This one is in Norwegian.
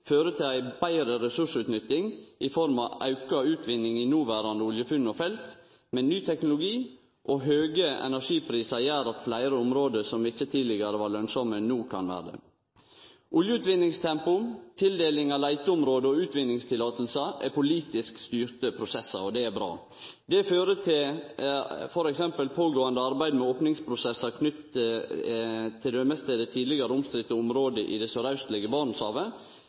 betre ressursutnytting i form av auka utvinning i noverande oljefelt, men ny teknologi og høge energiprisar gjer at fleire område som ikkje tidlegare var lønnsame, no kan vere det. Oljeutvinningstempo, tildeling av leiteområde og utvinningsløyve er politisk styrte prosessar. Det er bra. Det fører til pågåande arbeid med opningsprosessar knytte t.d. til det tidlegare omstridte området i det søraustlege